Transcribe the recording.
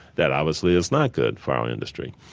that obviously is not good for our industry.